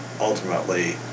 ultimately